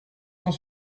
cent